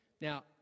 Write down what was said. Now